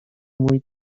mój